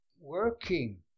working